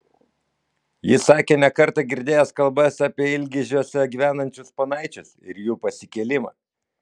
jis sakė ne kartą girdėjęs kalbas apie ilgižiuose gyvenančius ponaičius ir jų pasikėlimą